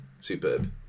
superb